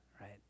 right